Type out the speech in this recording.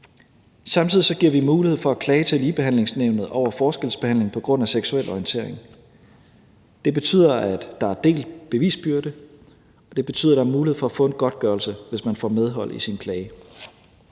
Samtidig giver vi mulighed for at klage til Ligebehandlingsnævnet over forskelsbehandling på grund af seksuel orientering. Det betyder, at der er delt bevisbyrde, og det betyder, at der er mulighed for at få en godtgørelse, hvis man får medhold i sin klage.